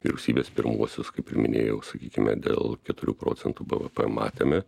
vyriausybės pirmuosius kaip ir minėjau sakykime dėl keturių procentų bvp matėme